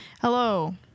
Hello